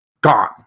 gone